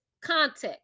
context